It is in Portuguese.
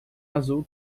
azul